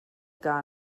gar